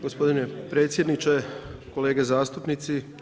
Gospodine predsjedniče, kolege zastupnici.